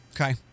Okay